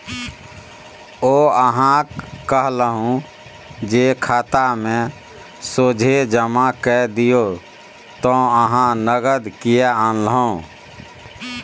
यौ अहाँक कहलहु जे खातामे सोझे जमा कए दियौ त अहाँ नगद किएक आनलहुँ